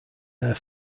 their